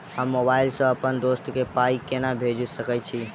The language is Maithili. हम मोबाइल सअ अप्पन दोस्त केँ पाई केना भेजि सकैत छी?